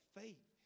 faith